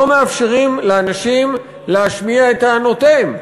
לא מאפשרים לאנשים להשמיע את טענותיהם,